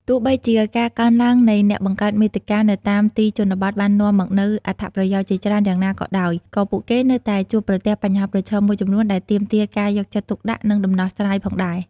ទោះបីជាការកើនឡើងនៃអ្នកបង្កើតមាតិកានៅតាមទីជនបទបាននាំមកនូវអត្ថប្រយោជន៍ជាច្រើនយ៉ាងណាក៏ដោយ ក៏ពួកគេនៅតែជួបប្រទះបញ្ហាប្រឈមមួយចំនួនដែលទាមទារការយកចិត្តទុកដាក់ និងដំណោះស្រាយផងដែរ។